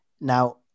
Now